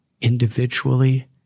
individually